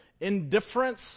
indifference